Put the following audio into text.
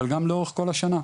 אבל גם לאורך כל השנה,